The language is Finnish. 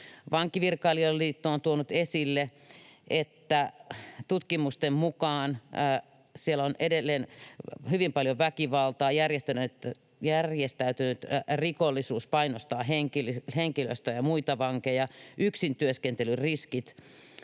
Vankilavirkailijain Liitto on tuonut esille, että tutkimusten mukaan siellä on edelleen hyvin paljon väkivaltaa, järjestäytynyt rikollisuus painostaa henkilöstöä ja muita vankeja, sekä yksintyöskentelyn riskit.